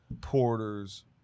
porters